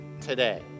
today